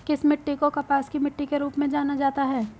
किस मिट्टी को कपास की मिट्टी के रूप में जाना जाता है?